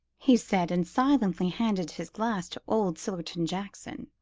he said and silently handed his glass to old sillerton jackson.